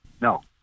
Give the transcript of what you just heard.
No